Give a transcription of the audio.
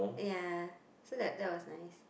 yeah so that that was nice